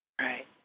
Right